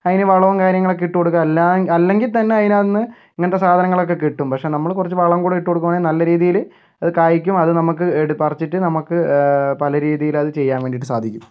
അതിന് വളവും കാര്യങ്ങളും ഒക്കെ ഇട്ടു കൊടുക്കുക എല്ലാ അല്ലെങ്കിൽ തന്നെ അതിനകത്തു നിന്ന് ഇങ്ങനത്തെ സാധനങ്ങളൊക്കെ കിട്ടും പക്ഷേ നമ്മൾ കുറച്ച് വളം കൂടി ഇട്ടുകൊടുക്കുകയാണെങ്കിൽ നല്ല രീതിയിൽ കായ്ക്കും അത് നമുക്ക് പറിച്ചിട്ട് നമുക്ക് പല രീതിയില് അത് ചെയ്യാൻ വേണ്ടിയിട്ട് സാധിക്കും